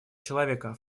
человека